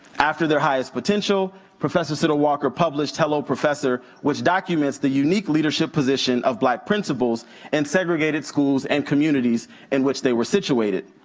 after their highest potential, professor siddle walker published hello professor which documents the unique leadership position of black principles and segregated schools and communities in which they were situated.